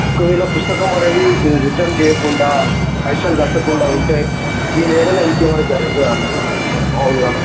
ఒకవేళ పుస్తకం అనేది రిటర్న్ చేయకుండా పైసలు కట్టకుండా ఉంటే దీని ఏడలా ఇంకేమన్నా జరుగుతుందా అన్న మాములుగా